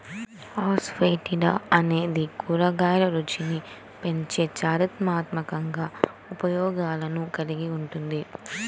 asafoetida అనేది కూరగాయల రుచిని పెంచే చారిత్రాత్మక ఉపయోగాలను కలిగి ఉంటుంది